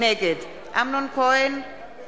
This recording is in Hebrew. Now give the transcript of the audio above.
נגד אמנון כהן,